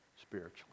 Spiritually